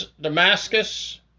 Damascus